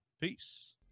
Peace